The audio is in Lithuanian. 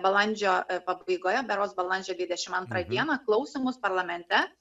balandžio pabaigoje berods balandžio dvidešimt antrą dieną klausymus parlamente